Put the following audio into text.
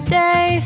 day